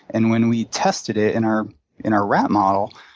and when we tested it in our in our rat model,